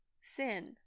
Sin